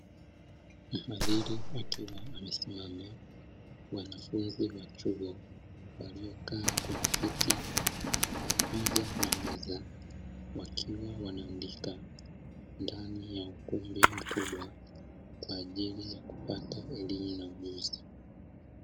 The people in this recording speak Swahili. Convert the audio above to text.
Mhadhiri akiwa a mesimama, wanafunzi wa chuo waliokaa kwenye viti pamoja na maeza wkakiwa wanaandika ndani ya ukumbi mkubwa, kwa ajili ya kupata elimu na ujuzi.